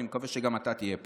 אני מקווה שגם אתה תהיה פה.